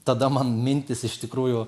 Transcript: tada man mintys iš tikrųjų